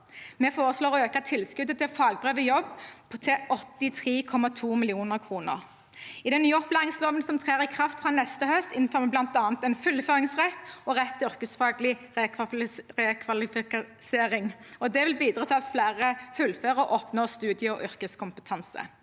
Vi foreslår å øke tilskuddet til fagbrev i jobb til 83,2 mill. kr. I den nye opplæringsloven, som trer i kraft fra neste høst, innfører vi bl.a. en fullføringsrett og rett til yrkesfaglig rekvalifisering. Det vil bidra til at flere fullfører og oppnår studie- eller yrkeskompetanse.